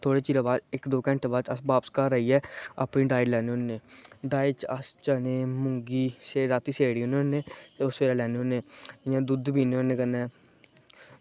थोह्ड़े चिरै दे बाद इक्क दौ घैंटे दे बाद अस घर आइयै अस अपनी डाईट लैने होने डाईट च अस चने मुंगी अस सेड़ी ओड़ने होने ते ओह् सबैह्रे लैने होने ते कन्नै दुद्ध पीने होने